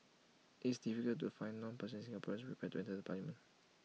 it's difficult to find non partisan Singaporeans prepared to enter the parliament